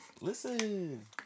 Listen